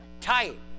tight